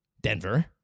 Denver